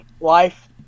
life